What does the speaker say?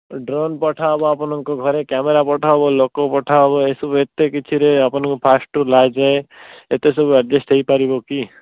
drone ପଠାହବ ଆପଣଙ୍କ ଘରେ କ୍ୟାମେରା ପଠାହବ ଲୋକ ପଠାହବ ଏସବୁ ଏତେ କିଛିରେ ଆପଣଙ୍କୁ ଫାଷ୍ଟ୍ରୁ ଲାଷ୍ଟ୍ ଯାଏ ଏତେ ସବୁ ଆଡ଼ଜଷ୍ଟ୍ ହେଇପାରିବ କି